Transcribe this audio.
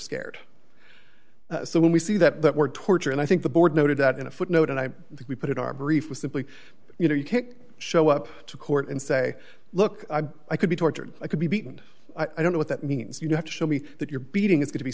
scared so when we see that that word torture and i think the board noted that in a footnote and i think we put it our brief was simply you know you can't show up to court and say look i could be tortured i could be beaten i don't know what that means you have to show me that your beating is going to be